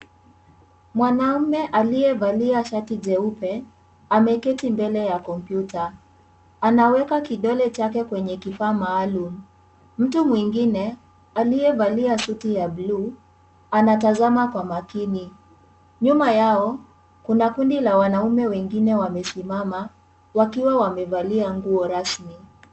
Mwanaume aliyevalia shati jeupe ameketi mbele ya kompyuta anaweka kidole chake kwenye kifaa maalum ,mtu mwingine aliyevalia suti ya buluu anatazama kwa makini nyuma yao kuna kundi la wanaume wengine wamesimama wakiwa wamevalia nguo rasmi.